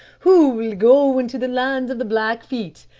who will go into the lands of the blackfeet?